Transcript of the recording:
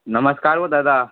नमस्कार ओ दादा